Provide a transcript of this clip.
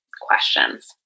questions